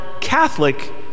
Catholic